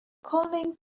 calling